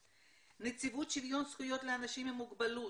נציבות שוויון זכויות לאנשים עם מוגבלות,